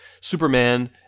Superman